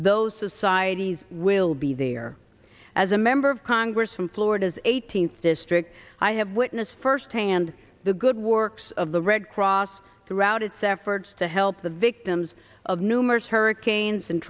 those societies will be there as a member of congress from florida's eighteenth district i have witnessed firsthand the good works of the red cross throughout its efforts to help the victims of numerous hurricanes and